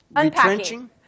retrenching